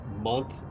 month